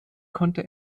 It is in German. konnte